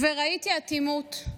ראיתי אטימות,